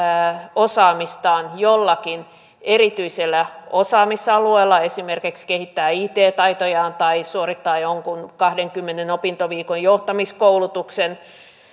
osaamistaan jollakin erityisellä osaamisalueella esimerkiksi kehittää it taitojaan tai suorittaa jonkun kahdenkymmenen opintoviikon johtamiskoulutuksen